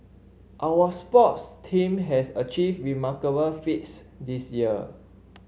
our sports team have achieved remarkable feats this year